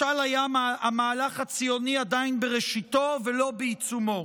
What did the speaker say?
משל היה המהלך הציוני עדין בראשיתו ולא בעיצומו.